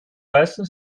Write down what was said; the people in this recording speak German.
weißem